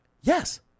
Yes